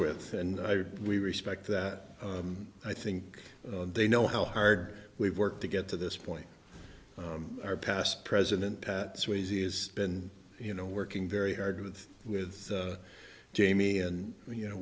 with and i we respect that i think they know how hard we work to get to this point our past president pat swayze is been you know working very hard with with jamie and you know